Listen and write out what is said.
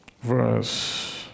Verse